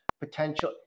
potential